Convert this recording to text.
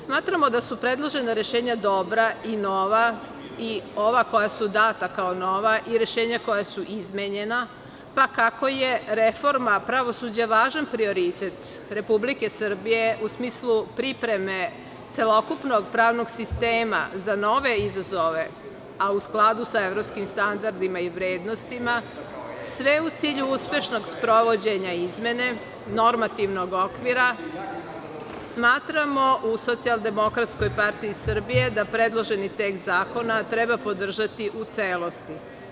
Smatramo da su predložena rešenja dobra i nova i ova koja su data kao nova i rešenja koja su izmenjena, pa kako je reforma pravosuđa važan prioritet Republike Srbije u smislu pripreme celokupnog pravnog sistema za nove izazove, a u skladu sa evropskim standardima i vrednostima, sve u cilju uspešnog sprovođenja izmene normativnog okvira, smatramo u SDPS da predloženi tekst zakona treba podržati u celosti.